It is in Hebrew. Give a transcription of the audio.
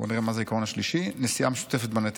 בוא נראה מה זה העיקרון השלישי: נשיאה משותפת בנטל.